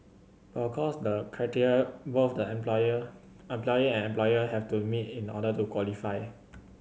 but of course there are criteria both the employer employee and employer have to meet in order to qualify